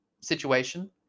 situation